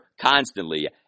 constantly